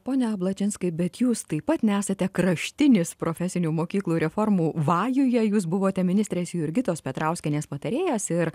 pone ablačinskai bet jūs taip pat nesate kraštinis profesinių mokyklų reformų vajuje jūs buvote ministrės jurgitos petrauskienės patarėjas ir